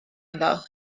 ynddo